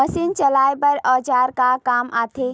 Machine चलाए बर औजार का काम आथे?